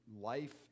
life